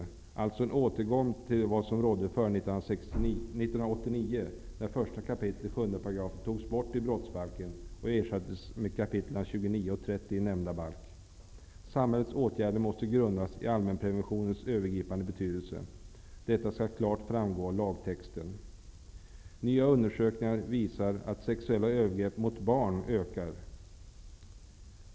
Det är alltså fråga om en återgång till vad som rådde före 1989 då 1 kap. 7 § kap. i nämnda balk. Samhällets åtgärder måste grundas på allmänpreventionens övergripande betydelse. Detta skall klart framgå av lagtexten. Nya undersökningar visar att sexuella övergrepp mot barn ökar.